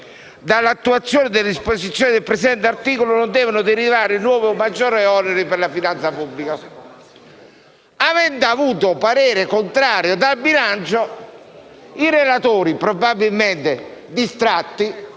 «dall'attuazione delle disposizioni del presente articolo non devono derivare nuovi o maggiori oneri per la finanza pubblica». Avendo ricevuto parere contrario dal bilancio, i relatori, probabilmente distratti,